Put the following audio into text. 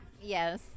Yes